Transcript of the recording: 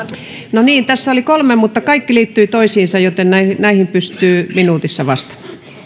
no niin tässä oli kolme mutta kaikki liittyivät toisiinsa joten näihin näihin pystyy minuutissa